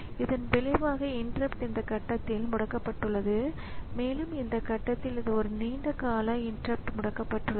ஆனால் அடிப்படையில் இது ஆப்பரேட்டிங் ஸிஸ்டத்தின் முக்கியமான பகுதியை லாேட் செய்கிறது மேலும் ஆப்பரேட்டிங் ஸிஸ்டத்தை இயக்கத் தொடங்குகிறது